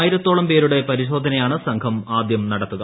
ആയിരത്തോളം പേരുടെ പരിശോധനയാണ് സംഘം ആദ്യം നടത്തുക